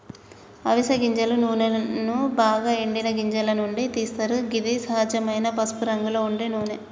అవిస గింజల నూనెను బాగ ఎండిన గింజల నుండి తీస్తరు గిది సహజమైన పసుపురంగులో ఉండే నూనె